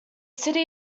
city